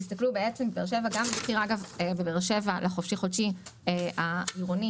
תסתכלו בבאר שבע על החופשי-חודשי האזורי,